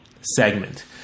segment